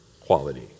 quality